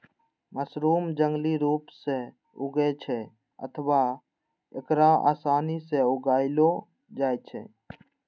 mushroom जंगली रूप सं उगै छै अथवा एकरा आसानी सं उगाएलो जाइ छै